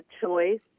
choice